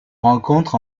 rencontre